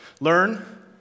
Learn